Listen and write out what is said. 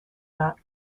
that